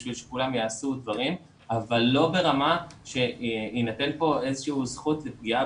כדי שכולם יעשו דברים אבל לא ברמה שתינתן כאן איזושהי זכות לפגיעה